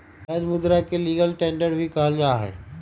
वैध मुदा के लीगल टेंडर भी कहल जाहई